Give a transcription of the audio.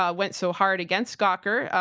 ah went so hard against gawker,